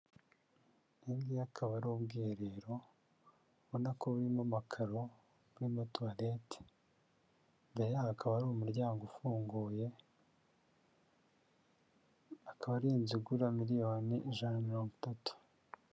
Ubu ngubu bukaba ari ubwiherero, ubona ko burimo amakaro, burimo tuwarete, imbere yaho hakaba hari umuryango ufunguye, akaba ari inzu igura miliyoni ijana na mirongo itatu.